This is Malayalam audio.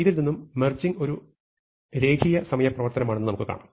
ഇതിൽ നിന്നും മെർജിങ് ഒരു രേഖീയ സമയ പ്രവർത്തനമാണെന്ന് നമുക്ക് കാണാം